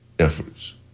Efforts